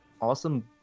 awesome